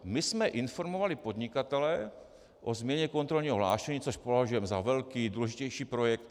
My jsme informovali podnikatele o změně kontrolního hlášení, což považujeme za velký, důležitější projekt.